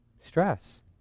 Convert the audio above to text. stress